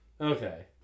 Okay